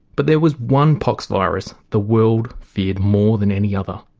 but there was one pox virus the world feared more than any other,